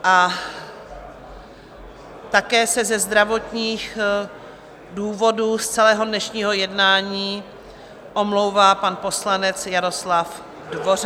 A také se ze zdravotních důvodů z celého dnešního jednání omlouvá pan poslanec Jaroslav Dvořák.